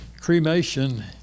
Cremation